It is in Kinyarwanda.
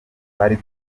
twari